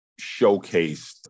showcased